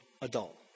adult